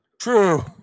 True